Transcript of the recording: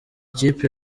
ikipe